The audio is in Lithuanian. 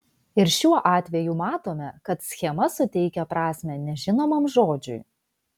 ir šiuo atveju matome kad schema suteikia prasmę nežinomam žodžiui